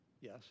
Yes